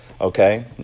Okay